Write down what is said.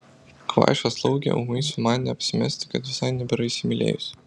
kvaiša slaugė ūmai sumanė apsimesti kad visai nebėra įsimylėjusi